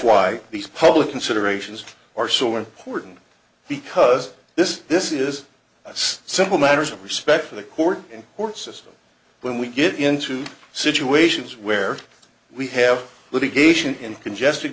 why these public considerations are so important because this is this is a simple matter of respect for the court and court system when we get into situations where we have litigation in congested